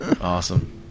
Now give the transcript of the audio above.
awesome